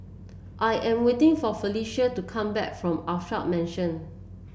I am waiting for Felicia to come back from Alkaff Mansion